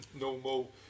normal